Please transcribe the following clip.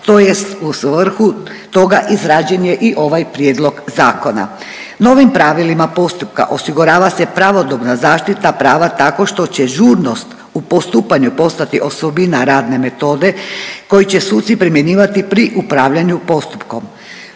tj. u svrhu toga izrađen je i ovaj prijedlog zakona. Novim pravilima postupka osigurava se pravodobna zaštita prava tako što će žurnost u postupanju postati osobina radne metode koji će suci primjenjivati pri upravljanju postupkom.